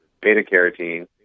beta-carotene